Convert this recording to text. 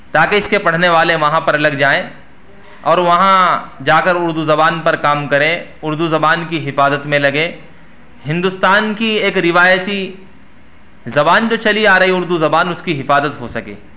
تاکہ اس کے پڑھنے والے وہاں پر لگ جائیں اور وہاں جا کر اردو زبان پر کام کریں اردو زبان کی حفاظت میں لگیں ہندوستان کی ایک روایتی زبان تو چلی آ رہی اردو زبان اس کی حفاظت ہو سکے